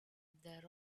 there